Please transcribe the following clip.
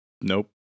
Nope